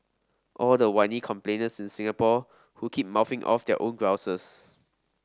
all the whiny complainers in Singapore who keep mouthing off their own grouses